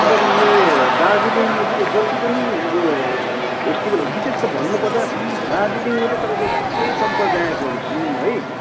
तपाईँको यो दार्जिलिङमा चाहिँ जति पनि अब फेस्टिभलहरू विशेष त भन्नुपर्दा दार्जिलिङमा चाहिँ तपाईँको सबै सम्प्रदायकोहरू छन् है